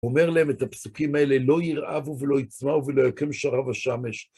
אומר להם את הפסוקים האלה, לא ירעבו ולא יצמאו ולא יכם שרב השמש.